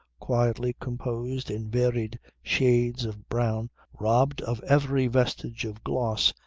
quietly composed in varied shades of brown robbed of every vestige of gloss,